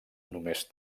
només